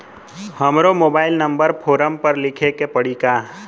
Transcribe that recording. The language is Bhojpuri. हमरो मोबाइल नंबर फ़ोरम पर लिखे के पड़ी का?